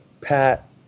Pat